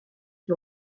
qui